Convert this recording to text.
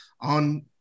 on